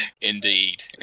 indeed